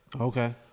Okay